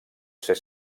ser